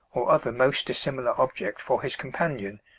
or other most dissimilar object, for his companion,